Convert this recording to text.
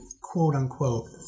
quote-unquote